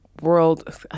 world